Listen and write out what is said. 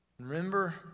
Remember